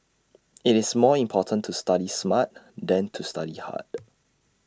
IT is more important to study smart than to study hard